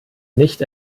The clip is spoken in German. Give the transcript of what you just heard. nicht